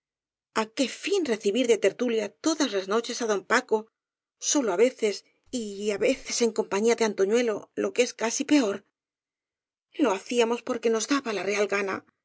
á qué fin recibir de tertu lia todas las noches á don paco solo á veces y á í i veces en compañía de antoñuelo lo que es casi peor lo hacíamos porque nos daba la real gana